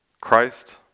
Christ